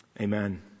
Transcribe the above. Amen